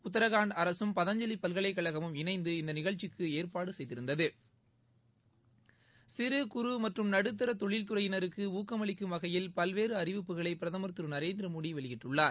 உத்தரகாண்ட் அரசும் பதாஞ்சலி பல்கலைக்கழகமும் இணைந்து இந்த நிகழ்ச்சிக்கு ஏற்பாடு செய்திருந்தது சிறு குறு மற்றும் நடுத்தா தொழில் துறையினருக்கு ஊக்கம் அளிக்கும வகையில் பல்வேறு அறிவிப்புகளை பிரதமர் திரு நரேந்திரமோடி வெளியிட்டுள்ளார்